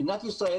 מדינת ישראל,